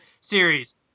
series